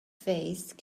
faced